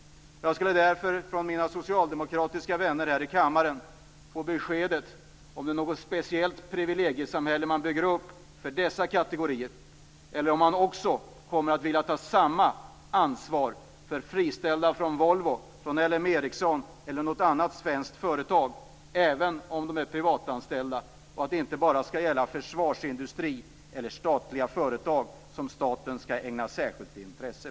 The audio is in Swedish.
Jag skulle därför från mina socialdemokratiska vänner här i kammaren vilja ha besked om huruvida det är ett speciellt privilegiesamhälle man bygger upp för dessa kategorier, eller om man kommer att ta samma ansvar också för friställda från Volvo, LM Ericsson eller andra svenska företag, trots att dessa är privatanställda. Är det bara försvarsindustri och statliga företag som staten skall ägna särskilt intresse?